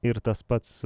ir tas pats